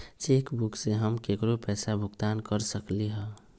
cheque book से हम केकरो पैसा भुगतान कर सकली ह